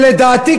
שלדעתי,